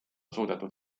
suudetud